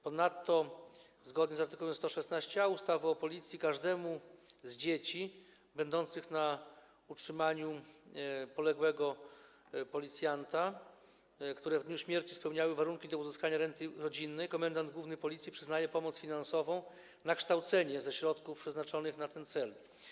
Ponadto zgodnie z art. 116a ustawy o Policji każdemu z dzieci będących na utrzymaniu poległego policjanta, które w dniu jego śmierci spełniały warunki do uzyskania renty rodzinnej, komendant główny Policji przyznaje pomoc finansową na kształcenie ze środków przeznaczonych na ten cel.